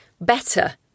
better